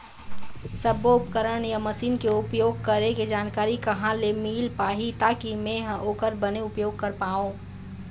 सब्बो उपकरण या मशीन के उपयोग करें के जानकारी कहा ले मील पाही ताकि मे हा ओकर बने उपयोग कर पाओ?